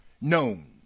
Known